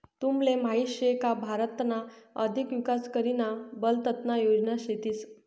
तुमले माहीत शे का भारतना अधिक विकास करीना बलतना योजना शेतीस